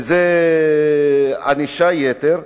וזאת ענישת יתר,